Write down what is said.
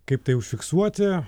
kaip tai užfiksuoti